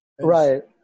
Right